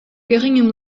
geringem